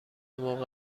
موقع